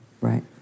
Right